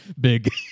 big